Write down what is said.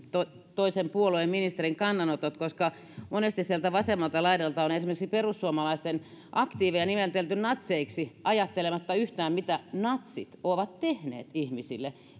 toisen puolueen ministerin kannanotot koska monesti sieltä vasemmalta laidalta on esimerkiksi perussuomalaisten aktiiveja nimitelty natseiksi ajattelematta yhtään mitä natsit ovat tehneet ihmisille